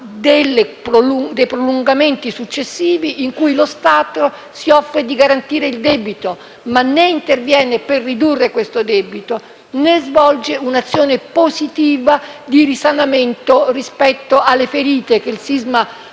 dei prolungamenti successivi, in cui lo Stato si offre di garantire il debito, ma né interviene per ridurre questo debito, né svolge un'azione positiva di risanamento rispetto alle ferite che il sisma ha prodotto.